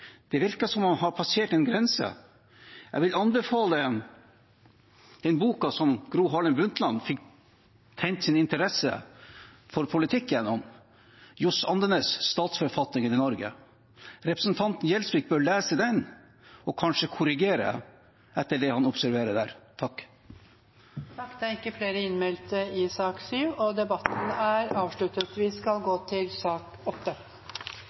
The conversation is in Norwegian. Det virker som om man har passert en grense. Jeg vil anbefale boka som tente Gro Harlem Brundtlands interesse for politikken: Johs. Andenæs' «Statsforfatningen i Norge». Representanten Gjelsvik bør lese den og kanskje korrigere etter det han observerer der. Flere har ikke bedt om ordet til sak nr. 7. Etter ønske fra helse- og omsorgskomiteen vil presidenten ordne debatten slik: 5 minutter til saksordfører, 3 minutter til